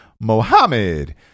Mohammed